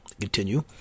Continue